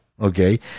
Okay